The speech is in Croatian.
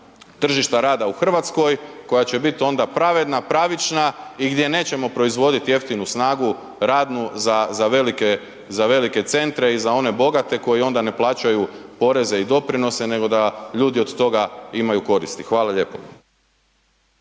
tržišta rada u Hrvatskoj koja će biti onda pravedna, pravična i gdje nećemo proizvoditi jeftinu snagu radnu za velike centre i za one bogate koji onda ne plaćaju poreze i doprinose nego da ljudi od toga imaju koristi. Hvala lijepo.